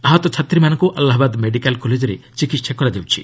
ଆହତ ଛାତ୍ରୀମାନଙ୍କୁ ଆହ୍ରାବାଦ ମେଡିକାଲ୍ କଲେଜରେ ଚିକିତ୍ସା କରାଯାଉଛି